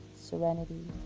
serenity